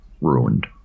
ruined